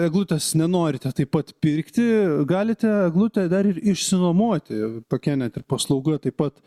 eglutės nenorite taip pat pirkti galite eglutę dar ir išsinuomoti tokia net ir paslauga taip pat